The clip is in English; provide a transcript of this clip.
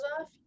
off